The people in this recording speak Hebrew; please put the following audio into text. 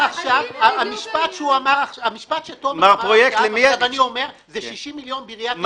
המשפט שתומר אמר עכשיו הוא 60 מיליון שעיריית תל אביב.